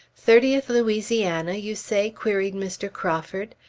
thirtieth louisiana, you say? queried mr. crawford.